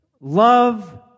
Love